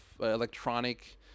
electronic